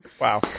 Wow